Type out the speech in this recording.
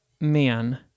man